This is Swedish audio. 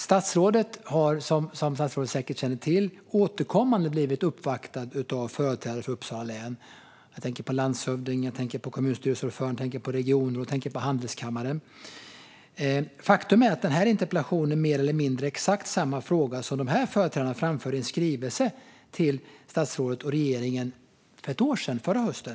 Statsrådet har, som statsrådet säkert känner till, återkommande blivit uppvaktad av företrädare för Uppsala län: landshövdingen, kommunstyrelsens ordförande, regionrådet och handelskammaren. Faktum är att den här interpellationen innehåller mer eller mindre exakt samma fråga som de här företrädarna framförde i en skrivelse till statsrådet och regeringen för ett år sedan, förra hösten.